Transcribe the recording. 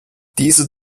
diese